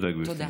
תודה.